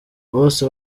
bose